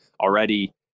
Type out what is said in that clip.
already